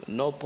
no